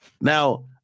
now